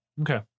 Okay